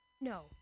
No